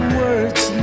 words